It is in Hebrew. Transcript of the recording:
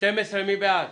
מי בעד